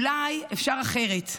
אולי, אפשר אחרת?